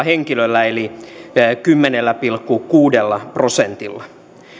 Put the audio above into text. henkilöllä eli kymmenellä pilkku kuudella prosentilla